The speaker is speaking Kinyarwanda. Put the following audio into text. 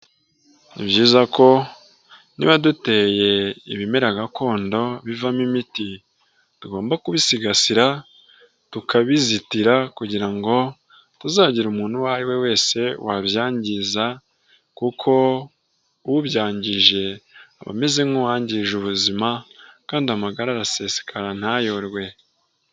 Ni byiza ko niba duteye ibimera gakondo bivamo imiti tugomba kubisigasira tukabizitira kugira ngo tuzagire umuntu uwo ari we wese wabyangiza kuko ubyangije aba ameze nk'uwangije ubuzima kandi amagara arasesekara ntayorwe.